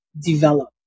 develop